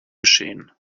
geschehen